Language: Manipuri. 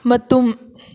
ꯃꯇꯨꯝ